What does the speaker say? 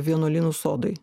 vienuolynų sodai